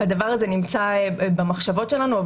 והדבר הזה נמצא במחשבות שלנו,